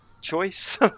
choice